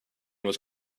was